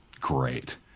great